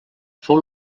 fou